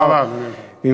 תודה רבה לך, אדוני השר.